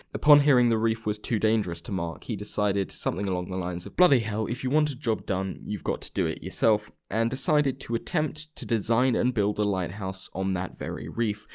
upon hearing the reef was too dangerous to mark, mark, he decided something along the lines of bloody hell, if you want a job done, you've got to do it yourself! and decided to attempt to design and build a lighthouse on that very reef,